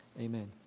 amen